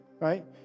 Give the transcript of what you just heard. right